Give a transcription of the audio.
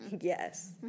yes